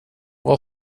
vad